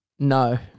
No